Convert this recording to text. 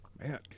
man